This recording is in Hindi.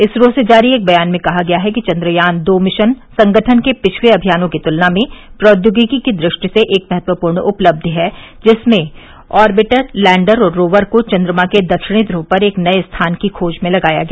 इसरो से जारी एक बयान में कहा गया है कि चन्द्रयान दो मिशन संगठन के पिछले अमियानों की तुलना में प्रौद्योगिकी की दृष्टि से एक महत्वपूर्ण उपलबि है जिसमें ऑर्बिटर लैंडर और रोवर को चन्द्रमा के दक्षिणी ध्रव पर एक नये स्थान की खोज में लगाया गया